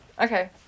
Okay